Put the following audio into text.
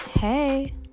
Hey